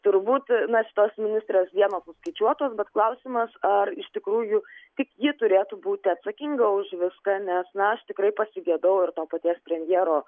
turbūt na šitos ministrės dienos suskaičiuotos bet klausimas ar iš tikrųjų tik ji turėtų būti atsakinga už viską nes na aš tikrai pasigedau ir to paties premjero